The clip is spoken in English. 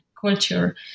culture